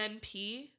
NP